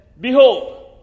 Behold